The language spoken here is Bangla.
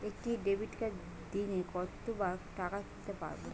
একটি ডেবিটকার্ড দিনে কতবার টাকা তুলতে পারব?